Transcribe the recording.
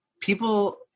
people